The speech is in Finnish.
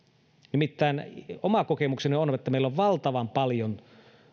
nimittäin oma kokemukseni on että meillä on valtavan paljon